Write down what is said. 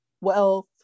wealth